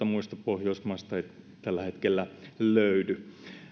muista pohjoismaista ei tällä hetkellä löydy